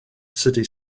city